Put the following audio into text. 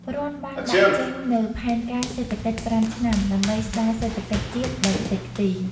រដ្ឋបានដាក់ចេញនូវផែនការសេដ្ឋកិច្ច ៥ ឆ្នាំ ដើម្បីស្តារសេដ្ឋកិច្ចជាតិដែលខ្ទេចខ្ទី។